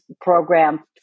program